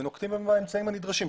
הוא נוקט באמצעים הנדרשים.